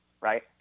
right